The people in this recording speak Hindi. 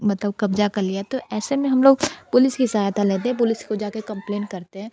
मतलब कब्ज़ा कर लिया तो ऐसे में हम लोग पुलिस की सहायता लेते हैं पुलिस को जा के कंप्लेन करते हैं